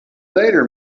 later